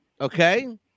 okay